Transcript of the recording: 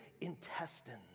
intestines